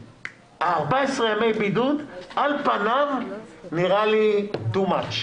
ה-14 ימי בידוד נראה לי על פניו יותר מדי.